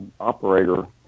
operator